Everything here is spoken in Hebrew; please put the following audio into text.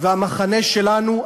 והמחנה שלנו,